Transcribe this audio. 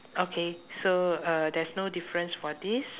okay so uh there's no difference for this